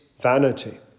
vanity